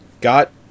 got